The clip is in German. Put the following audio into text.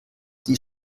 die